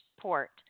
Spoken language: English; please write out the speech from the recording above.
port